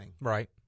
right